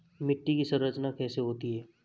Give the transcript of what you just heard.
मिट्टी की संरचना कैसे होती है?